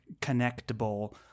connectable